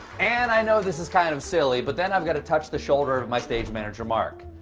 and i know this is kind of silly but then i've got to touch the shoulder of my stage manager mark.